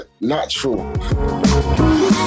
natural